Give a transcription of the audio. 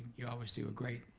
you always do a great,